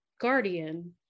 guardian